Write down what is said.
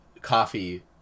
coffee